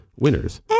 winners